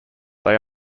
they